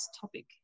topic